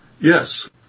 Yes